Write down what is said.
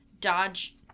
dodge